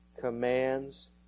commands